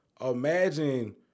imagine